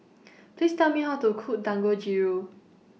Please Tell Me How to Cook Dangojiru